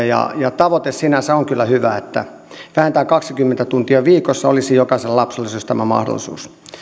ja tavoite sinänsä on kyllä hyvä että vähintään kaksikymmentä tuntia viikossa olisi jokaisella lapsella tämä mahdollisuus